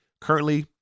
Currently